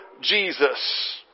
Jesus